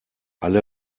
alle